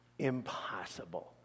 impossible